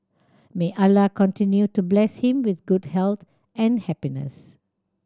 may Allah continue to bless him with good health and happiness